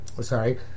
sorry